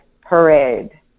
parade